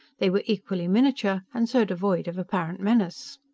they were equally miniature and so devoid of apparent menace.